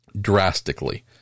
drastically